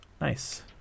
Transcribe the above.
Nice